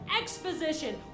exposition